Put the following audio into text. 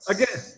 Again